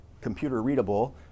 computer-readable